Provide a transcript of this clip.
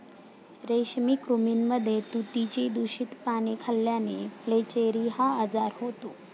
रेशमी कृमींमध्ये तुतीची दूषित पाने खाल्ल्याने फ्लेचेरी हा आजार होतो